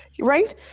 right